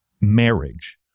marriage